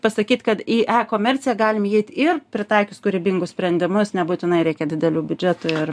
pasakyt kad į e komerciją galim įeit ir pritaikius kūrybingus sprendimus nebūtinai reikia didelių biudžetų ir